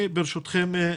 ברשותכם,